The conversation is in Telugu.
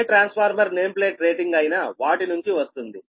ఏ ట్రాన్స్ఫార్మర్ నేమ్ ప్లేట్ రేటింగ్ అయినా వాటి నుంచి వస్తుంది